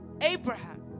Abraham